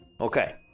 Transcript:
Okay